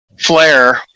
flare